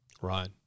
Right